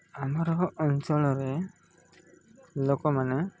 ଆମର ଅଞ୍ଚଳରେ ଲୋକମାନେ